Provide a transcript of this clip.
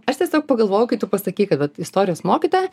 aš tiesiog pagalvojau kai tu pasakei kad vat istorijos mokytoja